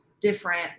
different